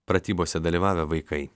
pratybose dalyvavę vaikai